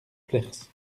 flers